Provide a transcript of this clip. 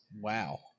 Wow